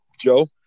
Joe